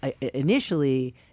initially